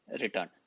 return